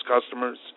customers